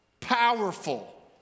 Powerful